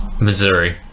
missouri